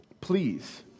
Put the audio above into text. Please